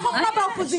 זאת לא חכמה באופוזיציה.